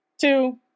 two